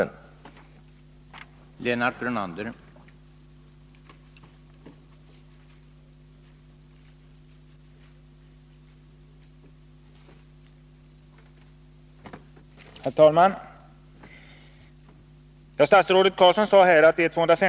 att trygga sysselsättningen vid Örebro Pappersbruk AB